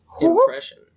impression